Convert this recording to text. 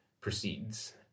proceeds